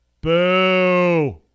boo